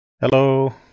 Hello